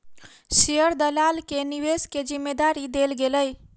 share दलाल के निवेश के जिम्मेदारी देल गेलै